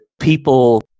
people